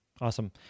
awesome